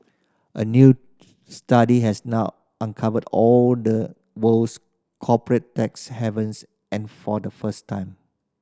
a new study has now uncovered all the world's corporate tax havens and for the first time